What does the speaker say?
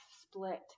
split